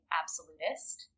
absolutist